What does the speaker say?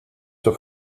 zur